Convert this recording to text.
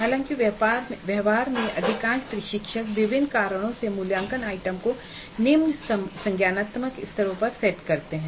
हालांकि व्यवहार में अधिकांश प्रशिक्षक विभिन्न कारणों से मूल्यांकन आइटम को निम्न संज्ञानात्मक स्तरों पर सेट करते हैं